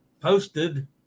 posted